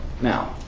now